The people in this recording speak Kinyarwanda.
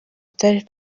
atari